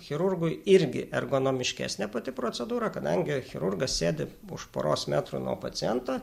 chirurgui irgi ergonomiškesnė pati procedūra kadangi chirurgas sėdi už poros metrų nuo paciento